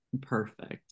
perfect